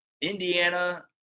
Indiana